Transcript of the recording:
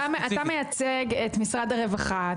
אתה מייצג את משרד הרווחה,